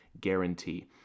guarantee